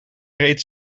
reed